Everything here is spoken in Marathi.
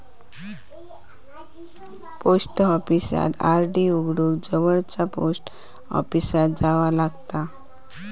पोस्ट ऑफिसात आर.डी उघडूक जवळचा पोस्ट ऑफिसात जावा लागता